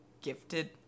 gifted